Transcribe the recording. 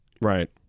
Right